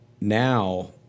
now